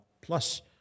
plus